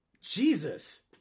Jesus